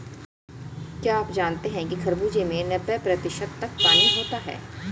क्या आप जानते हैं कि खरबूजे में नब्बे प्रतिशत तक पानी होता है